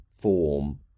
form